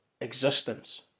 existence